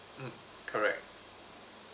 mm correct